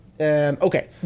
Okay